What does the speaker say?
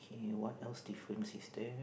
K what else difference is there